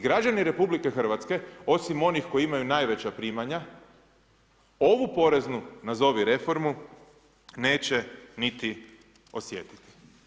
I građani RH osim onih koji imaju najveća primanja ovu poreznu, nazovi reformu neće niti osjetiti.